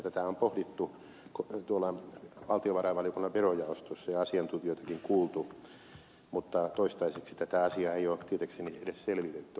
tätä on pohdittu valtiovarainvaliokunnan verojaostossa ja asiantuntijoitakin kuultu mutta toistaiseksi tätä asiaa ei ole tietääkseni edes selvitetty